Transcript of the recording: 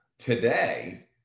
Today